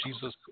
Jesus